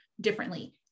differently